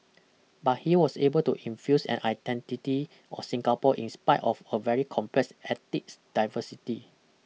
but he was able to infuse an identity of Singapore in spite of a very complex ethics diversity